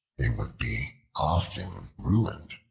they would be often ruined.